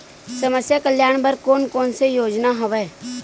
समस्या कल्याण बर कोन कोन से योजना हवय?